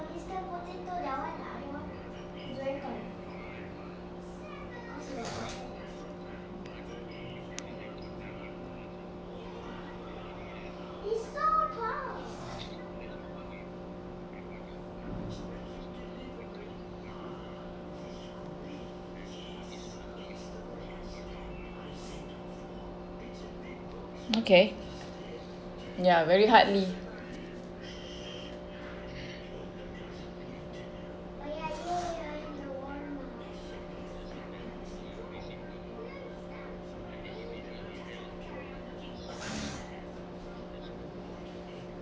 okay ya very hardly